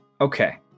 Okay